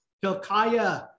Hilkiah